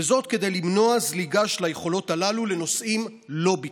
כדי למנוע זליגה של היכולות הללו לנושאים לא ביטחוניים,